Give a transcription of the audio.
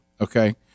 Okay